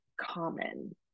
common